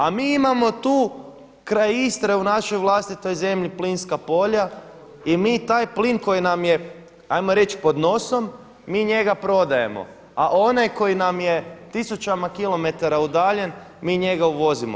A mi imamo tu kraj Istre u našoj vlastitoj zemlji plinska polja i mi taj plin koji nam je ajmo reći pod nosom, mi njega prodajemo, a onaj koji nam je tisućama kilometara udalje mi njega uvozimo.